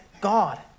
God